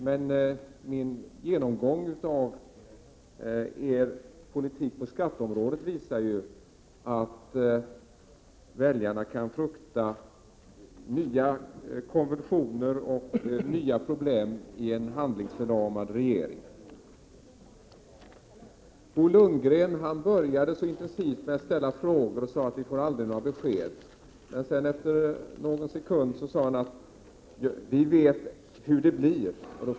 Men min genomgång av er politik på skatteområdet visar emellertid att väljarna kan frukta nya konvulsioner och nya problem i en handlingsförlamad borgerlig regering. Bo Lundgren började så intensivt med att ställa frågor och menade att man aldrig får några besked. Men någon sekund senare sade han att ni vet hur det blir.